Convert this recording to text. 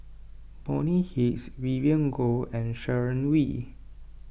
Bonny Hicks Vivien Goh and Sharon Wee